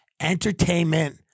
Entertainment